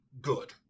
Good